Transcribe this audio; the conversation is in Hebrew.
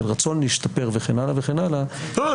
של רצון להשתפר וכן הלאה וכן הלאה --- לא,